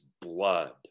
blood